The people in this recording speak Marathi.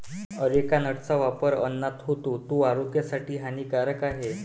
अरेका नटचा वापर अन्नात होतो, तो आरोग्यासाठी हानिकारक आहे